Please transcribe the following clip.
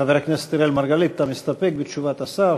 חבר הכנסת אראל מרגלית, אתה מסתפק בתשובת השר?